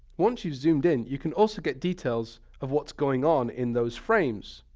once you zoomed in, you can also get details of what's going on in those frames.